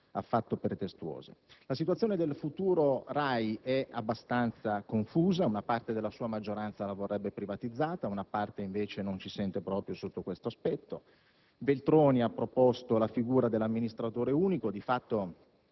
La situazione del futuro RAI è abbastanza confusa: una parte della sua maggioranza la vorrebbe privatizzata, un'altra, invece, non ci sente proprio da questo punto di vista. Veltroni ha proposto la figura dell'amministratore unico, di fatto